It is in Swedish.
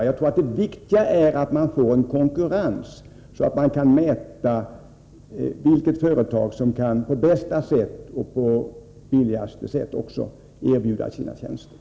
Men jag tror att det viktiga är att man får en konkurrens, så att man kan mäta vilket företag som erbjuder de bästa och billigaste tjänsterna.